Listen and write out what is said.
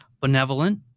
benevolent